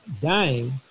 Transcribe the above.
dying